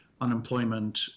unemployment